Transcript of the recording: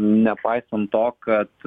nepaisant to kad